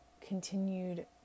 continued